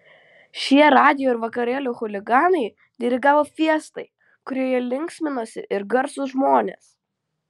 šie radijo ir vakarėlių chuliganai dirigavo fiestai kurioje linksminosi ir garsūs žmonės